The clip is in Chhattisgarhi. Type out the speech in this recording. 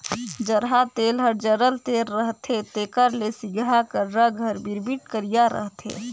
जरहा तेल हर जरल तेल रहथे तेकर ले सिगहा कर रग हर बिरबिट करिया रहथे